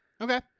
Okay